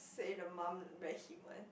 say the mum very hip one